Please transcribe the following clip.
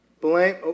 blame